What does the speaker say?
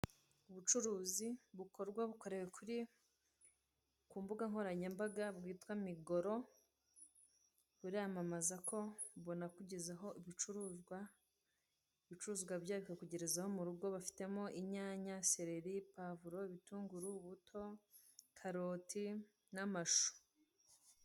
Ubucuruzi bukorwa bukorewe ku mbuga nkoranyambaga bwitwa migoro, buramamaza ko banakugezaho ibicuruzwa, ibicuruzwa byabo bikakugerezaho mu rugo, bafitemo inyanya, seleri, pavuro, ibitunguru, ubuto, karoti n'amashu.